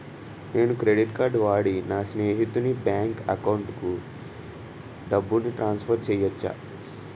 నేను credit card వాడి నా స్నేహితుని బ్యాంక్ అకౌంట్ కి డబ్బును ట్రాన్సఫర్ చేయచ్చా?